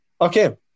Okay